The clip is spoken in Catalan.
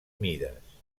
mides